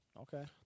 Okay